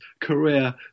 career